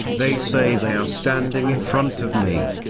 they say they are standing in front of me.